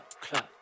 club